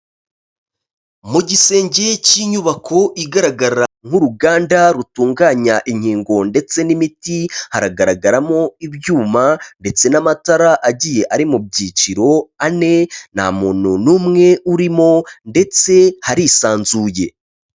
Mu gisenge cy'inyubako igaragara nk'uruganda rutunganya inkingo ndetse n'imiti, haragaragaramo ibyuma ndetse n'amatara agiye ari mu byiciro ane nta muntu n'umwe urimo ndetse harisanzuye.